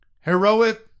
Heroic